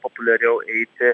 populiariau eiti